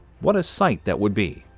what a sight that would be.